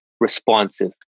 responsive